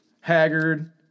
Haggard